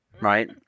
Right